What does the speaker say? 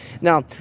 Now